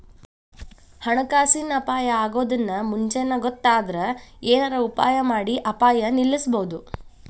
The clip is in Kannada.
ಹಣಕಾಸಿನ್ ಅಪಾಯಾ ಅಗೊದನ್ನ ಮುಂಚೇನ ಗೊತ್ತಾದ್ರ ಏನರ ಉಪಾಯಮಾಡಿ ಅಪಾಯ ನಿಲ್ಲಸ್ಬೊದು